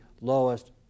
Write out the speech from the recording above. lowest